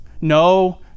no